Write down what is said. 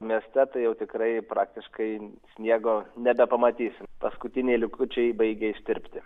mieste tai jau tikrai praktiškai sniego nebepamatysim paskutiniai likučiai baigia ištirpti